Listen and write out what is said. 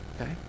okay